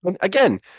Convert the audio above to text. Again